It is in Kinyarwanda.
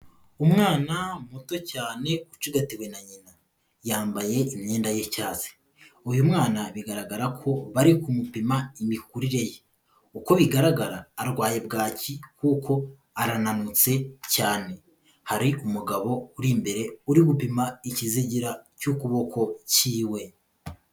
Umwana muto cyane ucigatiwe na nyina yambaye imyenda y'icyatsi. Uyu mwana bigaragara ko bari kumupima imikurire ye, uko bigaragara arwaye bwaki kuko arananutse cyane. Hari umugabo uri imbere uri gupima ikizigira cy'ukuboko cyiwe.